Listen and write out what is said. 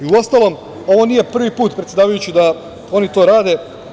Uostalom, ovo nije prvi put, predsedavajući, da oni to rade.